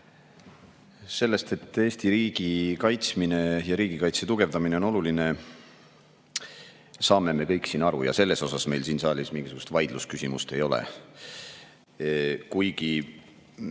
Sellest, et Eesti riigi kaitsmine ja riigikaitse tugevdamine on oluline, saame me kõik siin aru ja selle üle meil siin saalis mingisugust vaidlust ei ole. Kuigi,